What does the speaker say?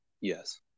Yes